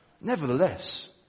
Nevertheless